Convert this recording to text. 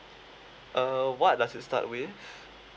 uh what does it start with